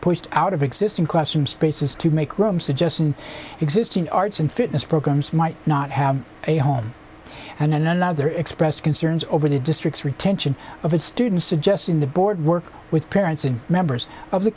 pushed out of existing classrooms spaces to make room suggestion existing arts and fitness programs might not have a home and then another expressed concerns over the district's retention of its students suggesting the board work with parents and members of the